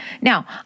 Now